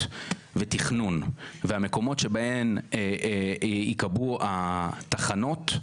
ותכנון והמקומות שבהם ייקבעו התחנות.